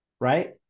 Right